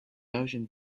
ocean